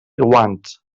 guants